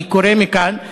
אני קורא מכאן,